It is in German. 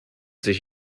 sich